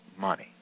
money